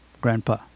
grandpa